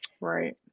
Right